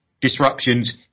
disruptions